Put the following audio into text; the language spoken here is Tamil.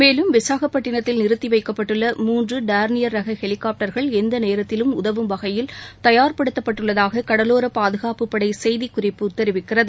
மேலும் விசாகப்பட்டினத்தில் நிறுத்தி வைக்கப்பட்டுள்ள மூன்று டார்னியர் ரக ஹெலிகாப்டர்கள் எந்த நேரத்திலும் உதவும் வகையில் தயார் படுத்தப்பட்டுள்ளதாக கடலோர பாதகாப்புப்படை செய்திக்குறிப்பு தெரிவிக்கிறது